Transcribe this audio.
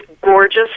gorgeous